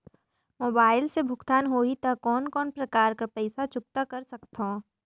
Mobile से भुगतान होहि त कोन कोन प्रकार कर पईसा चुकता कर सकथव?